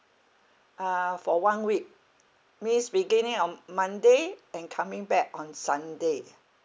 uh for one week means beginning of monday and coming back on sunday